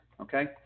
Okay